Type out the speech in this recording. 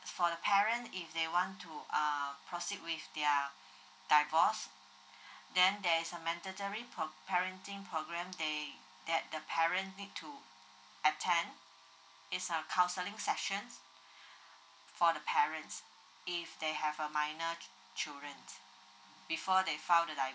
for the parent if they want to uh proceed with their divorce then there's a mandatory pro~ parenting programs they that the parents need to attend it's a counseling session for the parents if they have a minor children before they file the divorce